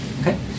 Okay